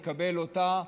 לקבל אותה,